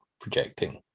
projecting